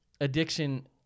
Addiction